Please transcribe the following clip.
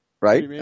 Right